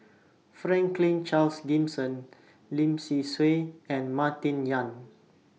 Franklin Charles Gimson Lim Swee Say and Martin Yan